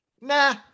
nah